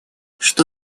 что